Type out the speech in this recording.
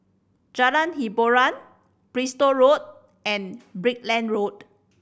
Jalan Hiboran Bristol Road and Brickland Road